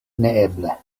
neeble